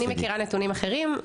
אני מכירה נתונים אחרים.